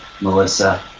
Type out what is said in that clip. Melissa